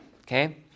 Okay